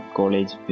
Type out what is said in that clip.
college